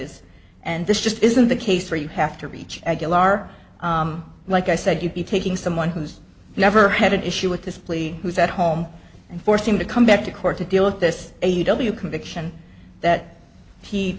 is and this just isn't the case where you have to reach a deal are like i said you'd be taking someone who's never had an issue with this plea who's at home and force him to come back to court to deal with this a w conviction that he